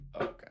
Okay